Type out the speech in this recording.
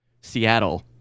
seattle